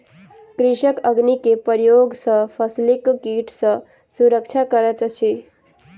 कृषक अग्नि के प्रयोग सॅ फसिलक कीट सॅ सुरक्षा करैत अछि